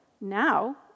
now